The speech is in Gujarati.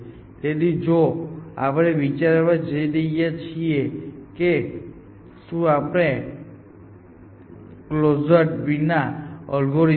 તેથી જો આપણે વિચારવા જઈ રહ્યા છીએ કે શું આપણી પાસે કલોઝડ વિના અલ્ગોરિધમ છે